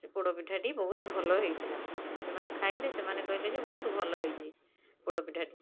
ସେ ପୋଡ଼ପିଠାଟି ବହୁତ ଭଲ ହେଇଥିଲା ଯେଉଁମାନେ ଖାଇଲେ ସେମାନେ କହିଲେ ଯେ ବହୁତ ଭଲ ହୋଇଛି ପୋଡ଼ପିଠାଟି